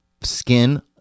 skin